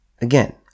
Again